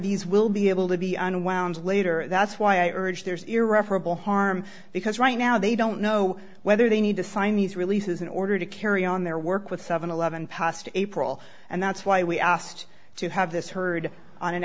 these will be able to be unwound later that's why i urge there's irreparable harm because right now they don't know whether they need to sign these releases in order to carry on their work with seven eleven past april and the it's why we asked to have this heard on an